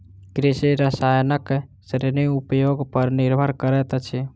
कृषि रसायनक श्रेणी उपयोग पर निर्भर करैत अछि